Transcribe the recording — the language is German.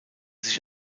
sich